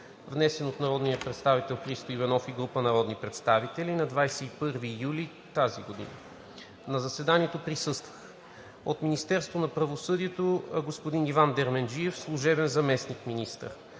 внесен от народния представител Христо Любомиров Иванов и група народни представители на 21 юли 2021 г. На заседанието присъстваха: от Министерството на правосъдието: господин Иван Демерджиев – служебен заместник-министър,